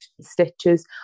stitches